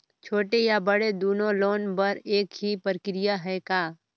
छोटे या बड़े दुनो लोन बर एक ही प्रक्रिया है का?